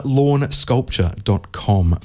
lawnsculpture.com